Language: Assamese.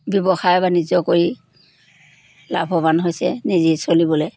ব্যৱসায় বাণিজ্য কৰি লাভৱান হৈছে নিজে চলিবলে